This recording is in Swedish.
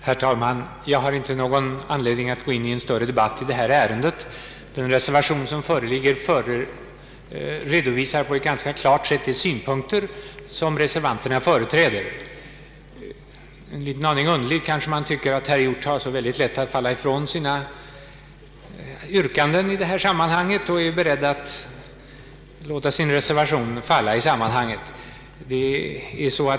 Herr talman! Jag har ingen anledning att gå in i en större debatt i detta ärende. Den reservation som föreligger redovisar på ett ganska klart sätt de synpunkter som reservanterna företräder. En liten aning underligt kanske man tycker att det är att herr Hjorth har så lätt för att gå ifrån sina yrkanden i sammanhanget och är beredd att låta sin reservation falla.